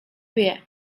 wie